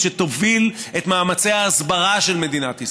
שתוביל את מאמצי ההסברה של מדינת ישראל,